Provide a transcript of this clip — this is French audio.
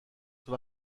sur